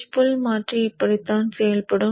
push pull மாற்றி இப்படித்தான் செயல்படும்